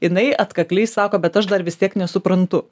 jinai atkakliai sako bet aš dar vis tiek nesuprantu